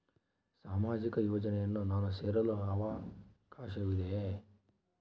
ಸಾಮಾಜಿಕ ಯೋಜನೆಯನ್ನು ನಾನು ಸೇರಲು ಅವಕಾಶವಿದೆಯಾ?